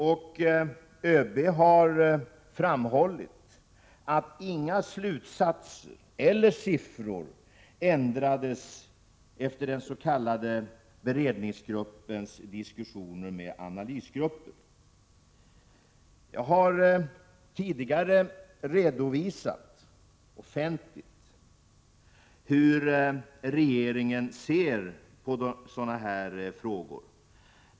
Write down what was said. Och ÖB har framhållit att inga slutsatser eller siffror ändrades efter den s.k. beredningsgruppens diskussioner med analysgruppen. Jag har tidigare offentligt redovisat hur regeringen ser på sådana här frågor.